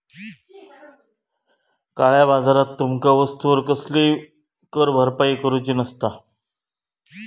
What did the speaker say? काळया बाजारात तुमका वस्तूवर कसलीही कर भरपाई करूची नसता